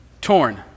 torn